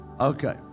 Okay